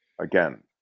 Again